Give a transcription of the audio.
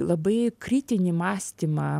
labai kritinį mąstymą